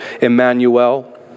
Emmanuel